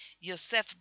Yosef